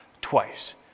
twice